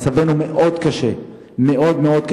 מצבנו קשה מאוד מאוד.